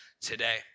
today